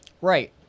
Right